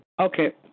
Okay